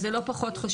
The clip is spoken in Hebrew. אז זה לא פחות חשוב,